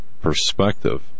perspective